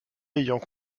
ayant